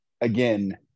again